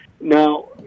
Now